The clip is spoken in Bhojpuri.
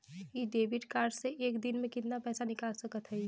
इ डेबिट कार्ड से एक दिन मे कितना पैसा निकाल सकत हई?